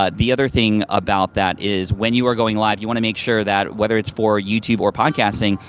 ah the other thing about that is, when you are going live, you wanna make sure that whether it's for youtube or podcasting,